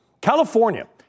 California